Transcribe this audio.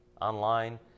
online